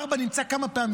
הארבע נמצא כמה פעמים